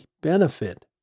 benefit